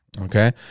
okay